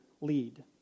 lead